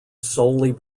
solely